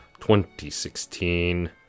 2016